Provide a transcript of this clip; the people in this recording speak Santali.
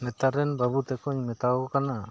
ᱱᱮᱛᱟᱨ ᱨᱮᱱ ᱵᱟᱹᱵᱩ ᱛᱮᱠᱚᱧ ᱢᱮᱛᱟᱣ ᱟᱠᱚᱠᱟᱱᱟ